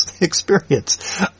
experience